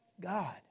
God